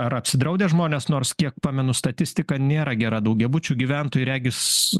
ar apsidraudę žmonės nors kiek pamenu statistika nėra gera daugiabučių gyventojų regis